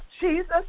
Jesus